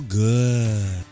good